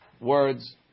words